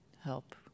help